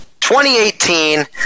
2018